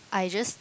I just